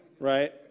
Right